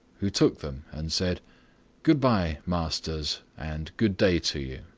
who took them and said good-bye, masters, and good day to you!